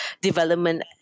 development